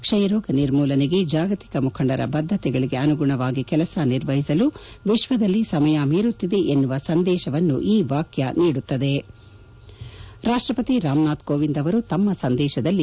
ಕ್ಷಯರೋಗ ನಿರ್ಮೂಲನೆಗೆ ಜಾಗತಿಕ ಮುಖಂಡರ ಬದ್ಗತೆಗಳಿಗೆ ಅನುಗುಣವಾಗಿ ಕೆಲಸ ನಿರ್ವಹಿಸಲು ವಿಶ್ವದಲ್ಲಿ ಸಮಯ ಮೀರುತ್ತಿದೆ ಎನ್ನುವ ಸಂದೇಶ ಈ ವಾಕ್ಷ ನೀಡುತ್ತದೆ ರಾಷ್ಲಪತಿ ರಾಮನಾಥ್ ಕೋವಿಂದ್ ಅವರು ತಮ್ಮ ಸಂದೇಶದಲ್ಲಿ